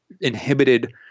inhibited